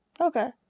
Okay